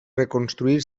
reconstruir